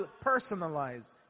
personalized